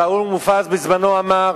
בזמנו, שאול מופז אמר.